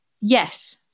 Yes